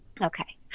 Okay